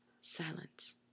Silence